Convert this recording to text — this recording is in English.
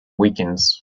weekends